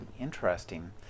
interesting